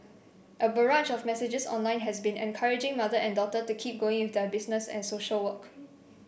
a barrage of messages online has been encouraging mother and daughter to keep going their business and social work